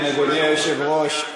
אדוני היושב-ראש,